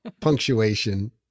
Punctuation